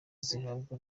zihabwa